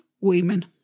women